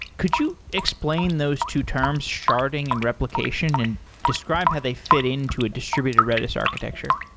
could you explain those two terms, sharding and replication and describe how they fit into a distributed redis architecture.